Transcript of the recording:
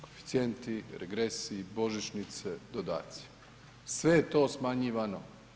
Koeficijenti, regresi, božićnice, dodaci sve je to smanjivano.